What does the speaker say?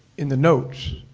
in the notes,